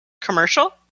Commercial